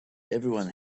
everyone